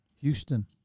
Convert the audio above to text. Houston